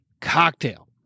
cocktail